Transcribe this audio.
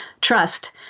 Trust